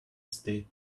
state